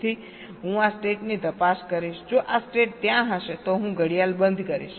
તેથી હું આ સ્ટેટની તપાસ કરીશ જો આ સ્ટેટ ત્યાં હશે તો હું ઘડિયાળ બંધ કરીશ